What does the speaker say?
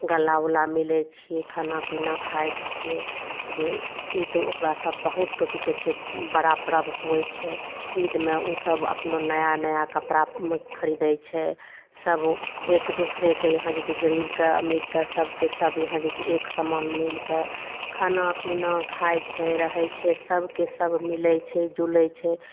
गल्ला ऊल्ला मिलै छियै खाना पीना खाइ छियै जे ईद ओकरा सब बहुत कि कहै छै बड़ा पर्ब होइ छै ईदमे ओसब अपनो नया नया कपड़ा खरीदै छै सब एक दूसरेके यहाँ जे कि गरीबके अमीरके सबके सब यहाँ जे कि एक समान मिल कऽ खाना पीना खाइ छै रहै छै सबके सब मिलै छै जुलै छै